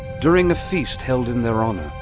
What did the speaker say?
during a feast held in their honor,